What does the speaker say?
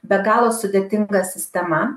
be galo sudėtinga sistema